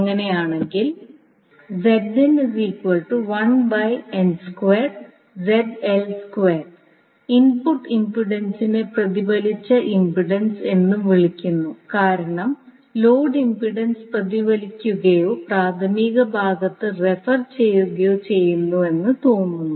അങ്ങനെയാണെങ്കിൽ ഇൻപുട്ട് ഇംപെഡൻസിനെ പ്രതിഫലിച്ച ഇംപെഡൻസ് എന്നും വിളിക്കുന്നു കാരണം ലോഡ് ഇംപെഡൻസ് പ്രതിഫലിക്കുകയോ പ്രാഥമിക ഭാഗത്തേക്ക് റഫർ ചെയ്യുകയോ ചെയ്യുന്നുവെന്ന് തോന്നുന്നു